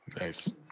Nice